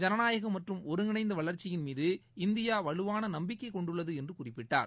ஜனநாயகம் மற்றும் ஒருங்கிணைந்த வளர்ச்சியின் மீது இந்தியா வலுவான நம்பிக்கை கொண்டுள்ளது என்று குறிப்பிட்டார்